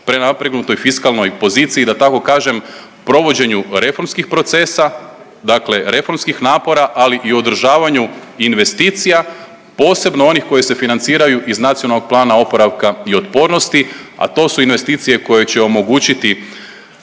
prenapregnutoj fiskalnoj poziciji da tako kažem, provođenju reformskih procesa dakle reformskih napora, ali i održavanju investicija, posebno onih koje se financiraju iz NPOO-a, a to su investicije koje će omogućiti